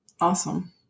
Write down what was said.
Awesome